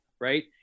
right